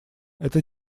это